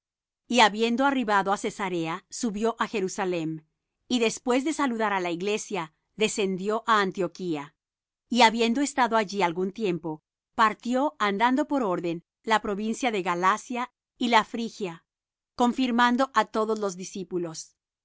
y habiendo arribado á cesarea subió á jerusalem y después de saludar á la iglesia descendió á antioquía y habiendo estado allí algún tiempo partió andando por orden la provincia de galacia y la phrygia confirmando á todos los discípulos